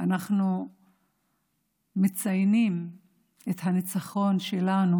אנחנו מציינים את הניצחון שלנו